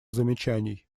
замечаний